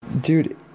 Dude